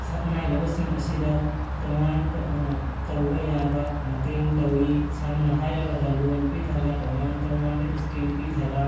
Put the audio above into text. ꯁꯛꯅꯥꯏꯔꯕꯁꯤꯡ ꯑꯁꯤꯗ ꯇꯣꯉꯥꯟ ꯇꯧꯕ ꯌꯥꯕ ꯃꯇꯦꯡ ꯇꯧꯔꯤ ꯁꯝꯅ ꯍꯥꯏꯔꯕꯗ ꯂꯣꯟ ꯄꯤꯊꯕ ꯇꯣꯉꯥꯟ ꯇꯣꯉꯥꯟꯕ ꯁ꯭ꯀꯤꯝ ꯄꯤꯊꯕ